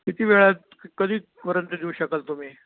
किती वेळात कधीपर्यंत देऊ शकाल तुम्ही